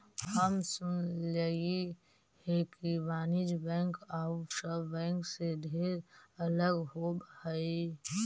हम सुनलियई हे कि वाणिज्य बैंक आउ सब बैंक से ढेर अलग होब हई